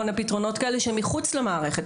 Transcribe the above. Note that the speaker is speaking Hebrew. מיני פתרונות כאלה שהם מחוץ למערכת,